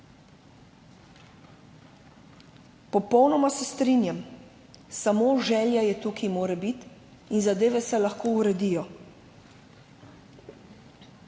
Popolnoma se strinjam. Samo želja tukaj mora biti in zadeve se lahko uredijo.